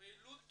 הפעילות